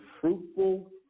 fruitful